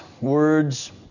words